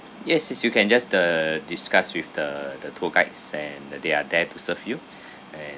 yes yes you can just uh discuss with the the tour guides and uh they are there to serve you and